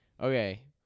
okay